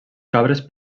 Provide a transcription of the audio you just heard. cabres